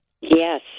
Yes